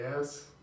Yes